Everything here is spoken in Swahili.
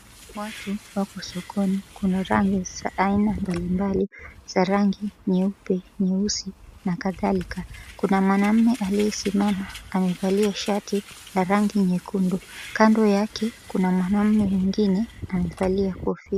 Watu wako sokoni , kuna rangi za aina mbalimbali za rangi nyeupe, nyeusi, na kadhalika. Kuna mwanamume aliyesimama amevalia shati la rangi nyekundu. Kando yake kuna mwanamume mwingine amevalia kofia.